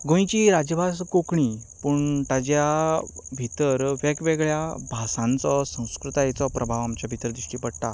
गोंयची राजभास कोंकणी पूण ताज्या भितर वेगवेगळ्या भासांचो संस्कृतायेचो प्रभाव आमचे भितर दिश्टी पडटा